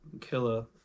Killer